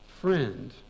friend